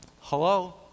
Hello